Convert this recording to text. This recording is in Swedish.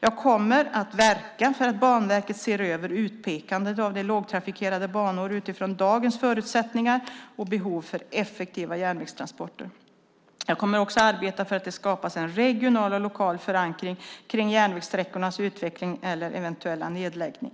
Jag kommer att verka för att Banverket ser över utpekandet av lågtrafikerade banor utifrån dagens förutsättningar och behov för effektiva järnvägstransporter. Jag kommer också att arbeta för att det skapas en regional och lokal förankring kring järnvägssträckornas utveckling eller eventuella nedläggning.